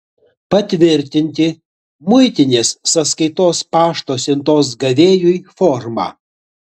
patvirtinti muitinės sąskaitos pašto siuntos gavėjui formą